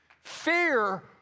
fear